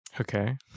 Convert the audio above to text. Okay